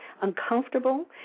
uncomfortable